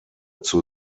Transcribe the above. zur